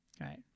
Right